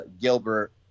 Gilbert